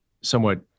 somewhat